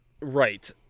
Right